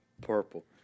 purple